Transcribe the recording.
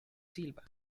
silva